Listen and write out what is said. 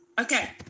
Okay